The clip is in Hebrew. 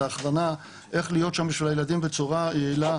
ההכוונה איך להיות שם בשביל הילדים בצורה יעילה,